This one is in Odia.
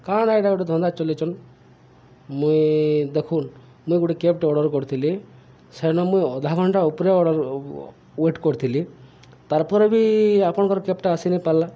କାଁଣା ନାଇ ଏଇଟା ଗୋଟେ ଧନ୍ଦା ଚଲେଇଚନ୍ ମୁଇଁ ଦେଖୁନ୍ ମୁଇଁ ଗୋଟେ କ୍ୟାବଟେ ଅର୍ଡ଼ର କରିଥିଲି ସେନ ମୁଇଁ ଅଧା ଘଣ୍ଟା ଉପରେ ଅର୍ଡ଼ର ୱେଟ କରିଥିଲି ତାର୍ ପରେ ବି ଆପଣଙ୍କର କ୍ୟାବଟା ଆସିନି ପାରିଲା